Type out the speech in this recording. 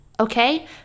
okay